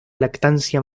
lactancia